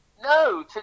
No